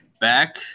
back